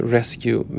Rescue